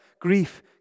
grief